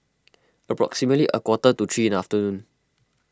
approximately a quarter to three in the afternoon